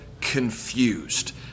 Confused